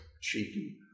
cheeky